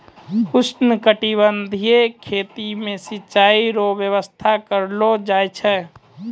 उष्णकटिबंधीय खेती मे सिचाई रो व्यवस्था करलो जाय छै